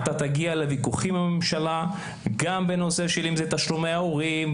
אתה תגיע לוויכוחים עם הממשלה גם בנושא של תשלומי ההורים,